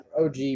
OG